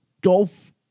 golf